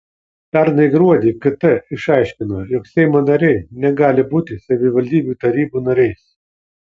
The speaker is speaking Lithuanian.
pernai gruodį kt išaiškino jog seimo nariai negali būti savivaldybių tarybų nariais